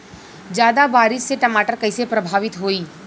ज्यादा बारिस से टमाटर कइसे प्रभावित होयी?